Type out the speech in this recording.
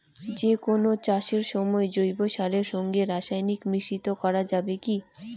যে কোন চাষের সময় জৈব সারের সঙ্গে রাসায়নিক মিশ্রিত করা যাবে কি?